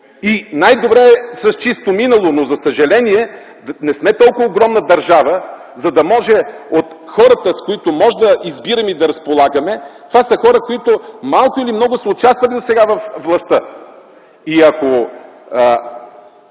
и най-добре - с чисто минало. За съжаление, не сме толкова огромна държава и хората, от които можем да избираме и да разполагаме, са хора, които малко или много са участвали досега във властта.